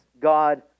God